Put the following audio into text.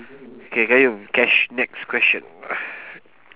K qayyum cash next question